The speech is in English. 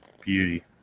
beauty